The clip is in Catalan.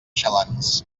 xalans